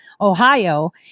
Ohio